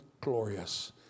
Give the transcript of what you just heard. glorious